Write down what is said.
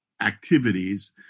activities